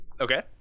Okay